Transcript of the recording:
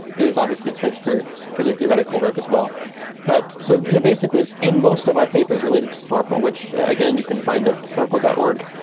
there is obviously a place for purely theoretical work as well but so you know basically, in most of our papers related to snorkel, which again you can find at snorkel dot org,